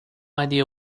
idea